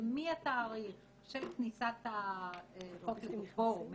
שמהתאריך של כניסת החוק, אנחנו